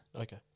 Okay